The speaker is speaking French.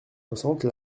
soixante